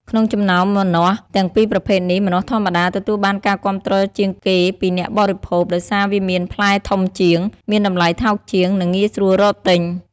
ក្នុងចំណោមម្នាស់ទាំងពីរប្រភេទនេះ ម្នាស់ធម្មតា ទទួលបានការគាំទ្រជាងគេពីអ្នកបរិភោគ ដោយសារវាមានផ្លែធំជាង មានតម្លៃថោកជាង និងងាយស្រួលរកទិញ។